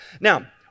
Now